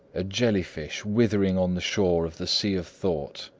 a jelly-fish withering on the shore of the sea of thought.